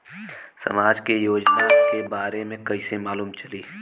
समाज के योजना के बारे में कैसे मालूम चली?